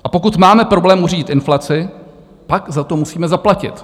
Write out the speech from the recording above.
A pokud máme problém uřídit inflaci, pak za to musíme zaplatit.